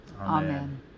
Amen